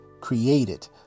created